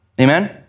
Amen